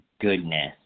goodness